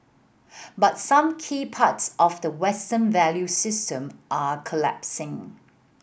but some key parts of the Western value system are collapsing